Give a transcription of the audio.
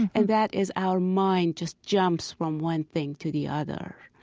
and that is our mind just jumps from one thing to the other.